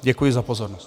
Děkuji za pozornost.